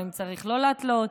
האם צריך לא להתלות?